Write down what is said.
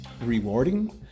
rewarding